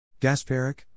Gasparic